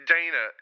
Dana